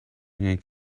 angen